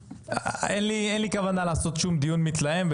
אין לי כוונה לעשות שום דיון מתלהם.